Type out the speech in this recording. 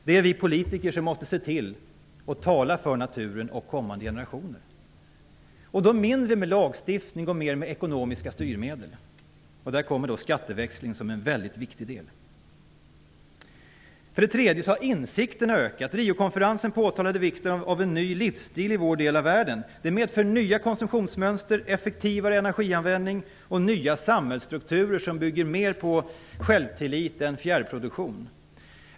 Det är vi politiker som måste se till att tala för naturen och kommande generationer, då mindre med lagstiftning och mer med ekonomiska styrmedel. Där ingår skatteväxling som en väldigt viktig del. Insikterna har ökat. Riokonferensen påtalade vikten av en ny livsstil i vår del av världen. Det medför nya konsumtionsmönster, effektivare energianvändning och nya samhällsstrukturer som bygger mer på självtillit än fjärrproduktion.